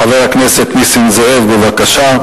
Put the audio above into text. חבר הכנסת נסים זאב, בבקשה.